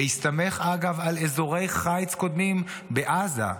בהסתמך על אזורי חיץ קודמים בעזה,